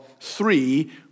three